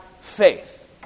faith